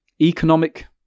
economic